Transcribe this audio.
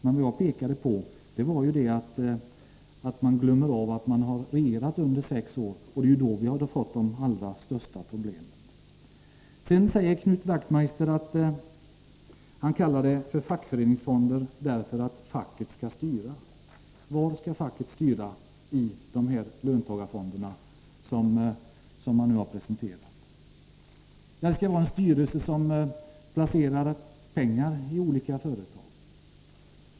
Men vad jag pekade på var att de borgerliga glömmer av att de regerat under sex år och att det är då vi fått de allra största problemen. Knut Wachtmeister sade att han kallar fonderna för fackföreningsfonder 95 därför att facket skall styra. Vad skall facket styra i de löntagarfonder som nu har presenterats? Löntagarfonderna skall ha en styrelse som placerar pengar iolika företag.